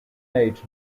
age